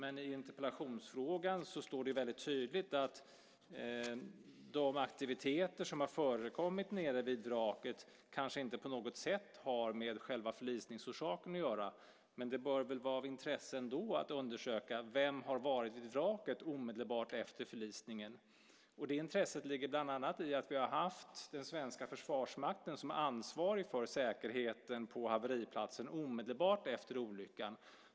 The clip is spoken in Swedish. I interpellationen står det väldigt tydligt att de aktiviteter som har förekommit nere vid vraket kanske inte på något sätt har med själva förlisningsorsaken att göra, men det bör väl ändå vara av intresse att undersöka vem som har varit vid vraket omedelbart efter förlisningen? Detta intresse ligger bland annat i att den svenska försvarsmakten har varit ansvarig för säkerheten på haveriplatsen omedelbart efter olyckan.